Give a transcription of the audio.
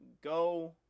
go